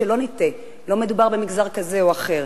שלא נטעה: לא מדובר במגזר כזה או אחר.